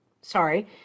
sorry